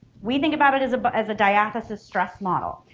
we think about it as but as a diathesis-stress model.